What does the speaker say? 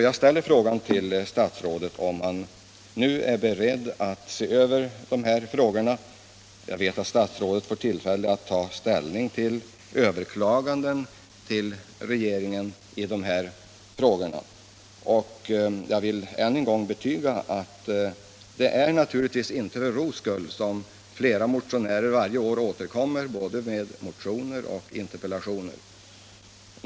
Jag vill direkt fråga statsrådet om han är beredd att se över de här frågorna. Jag vet att statsrådet får tillfälle att ta ställning till överklaganden till regeringen. Ännu en gång vill jag betyga att det naturligtvis inte är för ro skull som flera riksdagsmän varje år återkommer med både motioner och interpellationer.